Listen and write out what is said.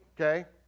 Okay